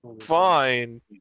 fine